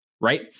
right